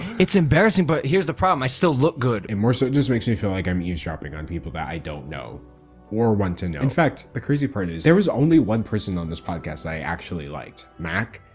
it's embarrassing, but here's the problem, i still look good. and more so, it just makes me feel like i'm eavesdropping on people that i don't know or want to know. in fact, the crazy part is there was only one person on this podcast that i actually liked, mac.